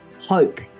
hope